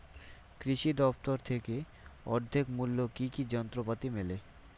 কৃষি দফতর থেকে অর্ধেক মূল্য কি কি যন্ত্রপাতি মেলে?